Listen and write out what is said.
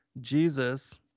Jesus